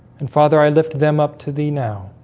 and father. i lifted them up to thee now